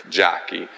jockey